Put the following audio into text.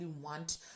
want